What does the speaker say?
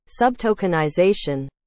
subtokenization